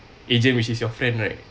agent which is your friend right